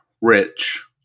rich